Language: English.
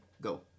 Go